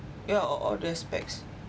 yeah o~ all they aspects